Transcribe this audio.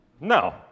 no